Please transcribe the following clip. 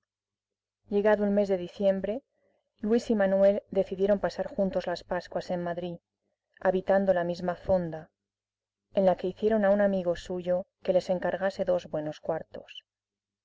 llegado el mes de diciembre luis y manuel decidieron pasar juntos las pascuas en madrid habitando la misma fonda en la que hicieron a un amigo suyo que les encargase dos buenos cuartos